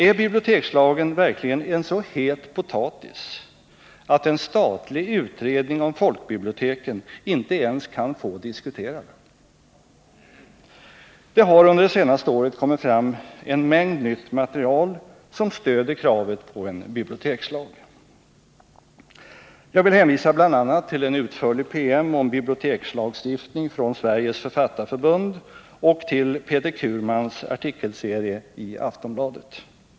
Är bibliotekslagen verkligen en så het potatis att en statlig utredning om folkbiblioteken inte ens kan få diskutera den? Det har under det senaste året kommit fram en mängd nytt material som stöder kraven på en bibliotekslag. Jag vill hänvisa bl.a. till en utförlig PM om bibliotekslagstiftning från Sveriges författarförbund och till Peter Curmans artikelserie i Aftonbladet.